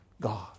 God